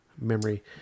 memory